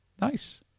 Nice